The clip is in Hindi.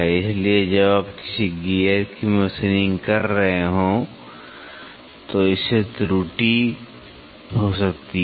इसलिए जब आप किसी गियर की मशीनिंग कर रहे हों तो इससे त्रुटि हो सकती है